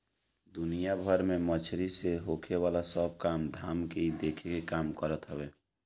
दुनिया भर में मछरी से होखेवाला सब काम धाम के इ देखे के काम करत हवे